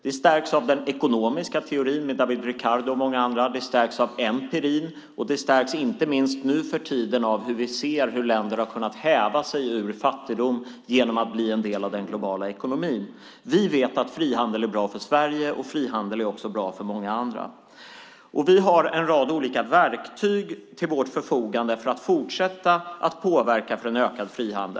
Det stärks av den ekonomiska teorin med David Ricardo och många andra, det stärks av empirin och det stärks inte minst nu för tiden av att vi ser hur länder har kunnat höja sig ur fattigdom genom att bli en del av den globala ekonomin. Vi vet att frihandel är bra för Sverige och för många andra. Vi har en rad olika verktyg till vårt förfogande för att fortsätta påverka för en ökad frihandel.